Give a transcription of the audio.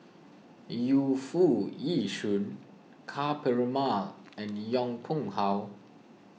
Yu Foo Yee Shoon Ka Perumal and Yong Pung How